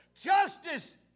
Justice